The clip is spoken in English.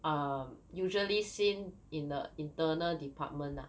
um usually seen in the internal department lah